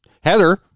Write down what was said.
Heather